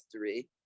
three